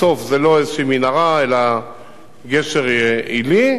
בסוף זה לא איזו מנהרה אלא גשר עילי,